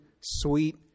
sweet